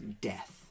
death